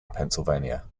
pennsylvania